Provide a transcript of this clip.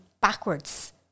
backwards